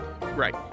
right